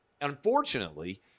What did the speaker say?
Unfortunately